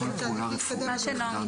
מה שנוח לך.